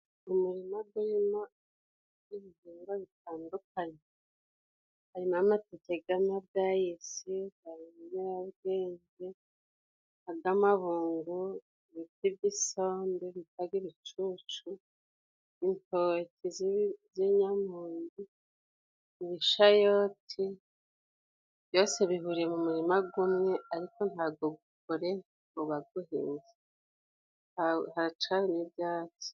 umurima gurimo ibihingwa bitandukanye. Harimo amateke g'amabwayisi, harimo ubwenge, ag'amabungo, ibiti by'isombe bitaga ibicucu, intoti z'inyamunyu, ibishayote . Byose bihuriye mu murima gumwe ariko ntago gukoreye nto baguhingiye, haracarimo n'ibyatsi.